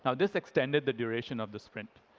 ah this extended the duration of the sprint.